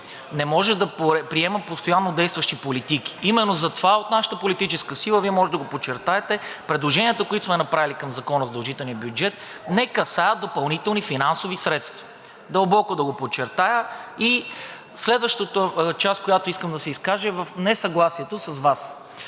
не може да приема постоянно действащи политики. Именно затова от нашата политическа сила – Вие може да го подчертаете, предложенията, които сме направили към Закона за удължителния бюджет, не касаят допълнителни финансови средства. Дълбоко да го подчертая. По следващата част, по която искам да изкажа, е несъгласието с Вас.